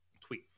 Tweet